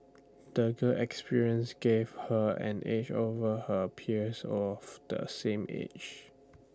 the girl experiences gave her an edge over her peers of the same age